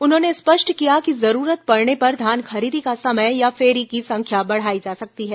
उन्होंने स्पष्ट किया कि जरूरत पड़ने पर धान खरीदी का समय या फेरी की संख्या बढ़ाई जा सकती है